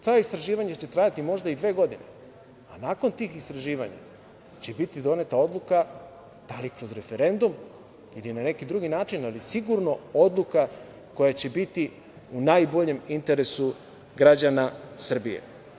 Ta istraživanja će trajati možda dve godine, ali nakon tih istraživanja će biti doneta odluka, da li kroz referendum ili na neki drugi način, ali sigurno odluka koja će biti u najboljem interesu građana Srbije.